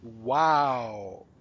Wow